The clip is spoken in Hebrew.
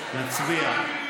נצביע.